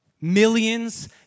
millions